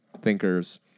thinkers